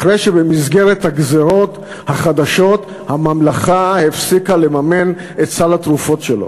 אחרי שבמסגרת הגזירות החדשות הממלכה הפסיקה לממן את סל התרופות שלו.